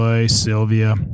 Sylvia